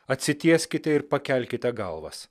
atsitieskite ir pakelkite galvas